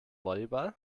volleyball